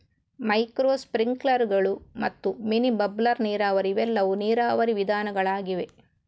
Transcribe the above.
micro ಸ್ಪ್ರಿಂಕ್ಲರುಗಳು ಮತ್ತು mini bubbler ನೀರಾವರಿ ಇವೆಲ್ಲವೂ ನೀರಾವರಿ ವಿಧಾನಗಳಾಗಿವೆ